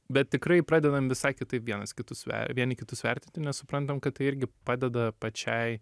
bet tikrai pradedam visai kitaip vienas kitus vieni kitus vertinti nes suprantam kad tai irgi padeda pačiai